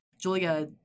Julia